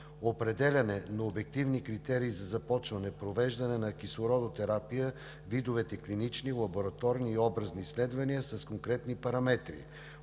определяне на обективни критерии за започване и провеждане на кислородотерапия; видовете клинични, лабораторни и образни изследвания с конкретни параметри;